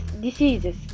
diseases